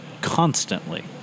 Constantly